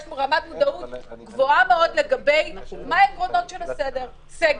יש רמת מודעות גבוהה מאוד לגבי עקרונות הסגר.